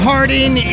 Harding